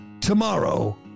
tomorrow